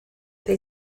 they